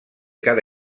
cada